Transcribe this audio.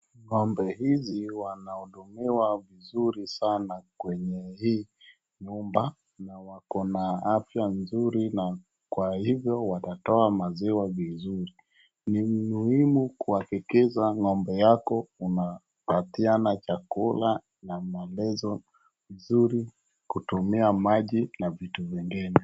Ng'ombe hizi wanahudumiwa vizuri sana kwenye hii nyumba na wako na afya nzuri na kwa hivyo watatoa maziwa vizuri. Ni muhimu kuhakikisha kuwa ng'ombe yako unapatiana chakula na maelezo vizuri, kutumia maji na vitu vingine.